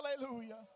hallelujah